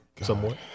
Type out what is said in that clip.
somewhat